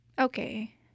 Okay